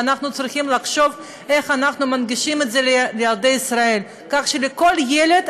ואנחנו צריכים לחשוב איך אנחנו מנגישים את זה לילדי ישראל כך שלכל ילד,